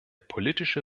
politische